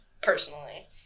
Personally